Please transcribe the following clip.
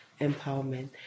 empowerment